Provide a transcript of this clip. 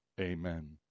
amen